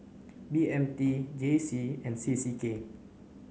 B M T J C and C C K